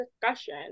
discussion